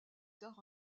tard